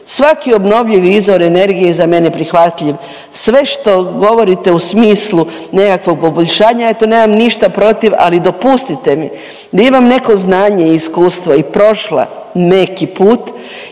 Svaki obnovljivi izvor energije je za mene prihvatljiv, sve što govorite i smislu nekakvog poboljšanja ja tu nemam ništa protiv, ali dopustite mi da imam neko znanje i iskustvo i prošla neki put